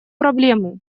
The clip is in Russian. проблему